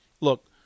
look